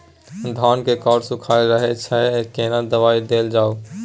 धान के कॉर सुइख रहल छैय केना दवाई देल जाऊ?